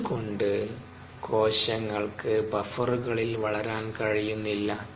എന്ത്കൊണ്ട് കോശങ്ങൾക്ക് ബഫറുകളിൽ വളരാൻ കഴിയുന്നില്ല